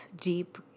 deep